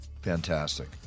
Fantastic